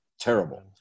terrible